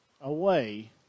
away